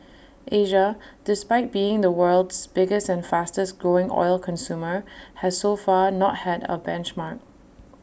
Asia despite being the world's biggest and fastest growing oil consumer has so far not had A benchmark